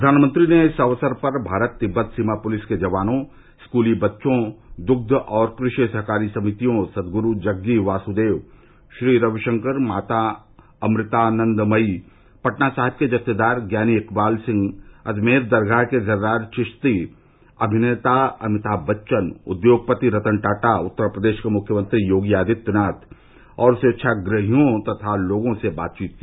प्रधानमंत्री ने इस अवसर पर भारत तिब्वत सीमा पुलिस के जवानों स्कूली बच्चों दुग्ध और कृषि सहकारी समितियों सदगुरू जग्गी वासुदेव श्री श्री रविशंकर माता अमृतानंदमयी पटना साहेब के जत्थेदार ज्ञानी इकबाल सिंह अजमेर दरगाह के जरार चिश्ती अभिनेता अभिताभ बच्चन उद्योगपति रतन टाटा उत्तर प्रदेश के मुख्यमंत्री योगी आदित्यनाथ और स्वेच्छाग्रहियों तथा लोगों से बातवीत की